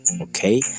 okay